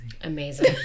Amazing